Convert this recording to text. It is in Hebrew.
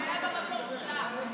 זה היה במקור שלה.